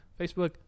Facebook